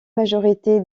majorité